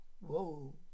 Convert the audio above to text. Whoa